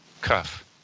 cuff